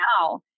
now